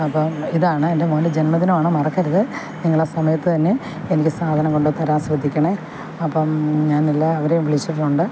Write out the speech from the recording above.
അപ്പോൾ ഇതാണ് എൻ്റെ മോൻ്റെ ജന്മദിനമാണ് മറക്കരുത് നിങ്ങളാസമയത്ത് തന്നെ എനിക്ക് സാധനം കൊണ്ടുത്തരാൻ ശ്രദ്ധിക്കണേ അപ്പം ഞാൻ എല്ലാവരെയും വിളിച്ചിട്ടുണ്ട്